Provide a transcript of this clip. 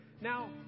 Now